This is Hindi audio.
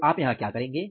तो आप यहाँ क्या करेंगे